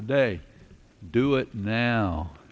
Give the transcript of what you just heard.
today do it now